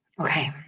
Okay